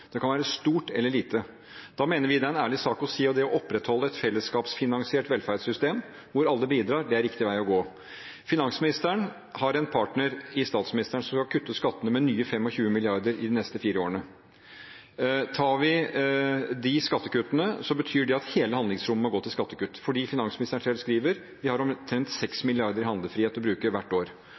Det kan være stort eller lite. Da mener vi det er en ærlig sak å si at det å opprettholde et fellesskapsfinansiert velferdssystem, hvor alle bidrar, er riktig vei å gå. Finansministeren har en partner i statsministeren, som skal kutte skattene med nye 25 mrd. kr i de neste fire årene. Tar vi de skattekuttene, betyr det at hele handlingsrommet må gå til skattekutt, for finansministeren selv skriver: Vi har omtrent 6 mrd. kr i handlefrihet å bruke hvert år.